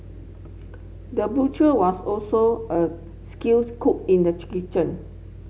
the butcher was also a skills cook in the kitchen